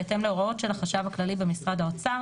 בהתאם להוראות של החשב הכללי במשרד האוצר